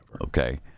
Okay